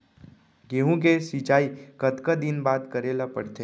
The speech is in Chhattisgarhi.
गेहूँ के सिंचाई कतका दिन बाद करे ला पड़थे?